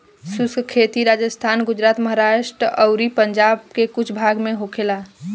शुष्क खेती राजस्थान, गुजरात, महाराष्ट्र अउरी पंजाब के कुछ भाग में होखेला